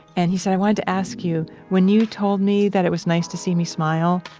and he said. i wanted to ask you, when you told me that it was nice to see me smile,